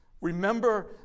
Remember